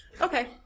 Okay